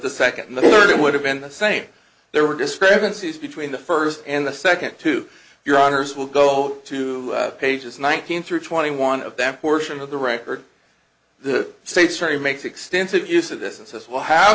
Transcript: the second the third it would have been the same there were discrepancies between the first and the second to your honor's will go to pages nineteen through twenty one of them portions of the record the state's theory makes extensive use of this and says well how